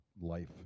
life